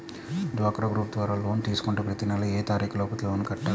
డ్వాక్రా గ్రూప్ ద్వారా లోన్ తీసుకుంటే ప్రతి నెల ఏ తారీకు లోపు లోన్ కట్టాలి?